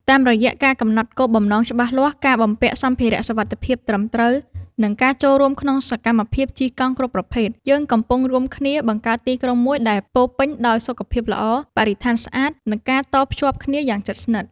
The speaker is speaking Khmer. តាមរយៈការកំណត់គោលបំណងច្បាស់លាស់ ការបំពាក់សម្ភារៈសុវត្ថិភាពត្រឹមត្រូវ និងការចូលរួមក្នុងសកម្មភាពជិះកង់គ្រប់ប្រភេទ យើងកំពុងរួមគ្នាបង្កើតទីក្រុងមួយដែលពោរពេញដោយ សុខភាពល្អ បរិស្ថានស្អាត និងការតភ្ជាប់គ្នាយ៉ាងជិតស្និទ្ធ។